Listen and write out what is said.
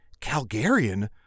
Calgarian